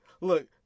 Look